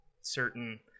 certain